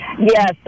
Yes